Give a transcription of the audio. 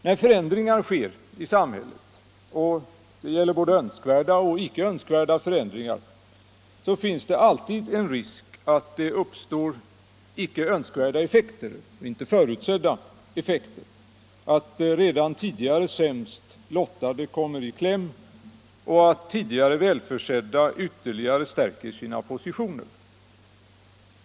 När förändringar sker i samhället — det gäller både önskvärda och icke önskvärda förändringar — finns det alltid risk att det uppstår icke önskvärda och icke förutsedda effekter, att de redan tidigare sämst lottade kommer i kläm och att de tidigare välförsedda ytterligare stärker sina positioner.